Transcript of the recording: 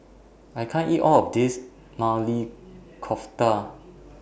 I can't eat All of This Maili Kofta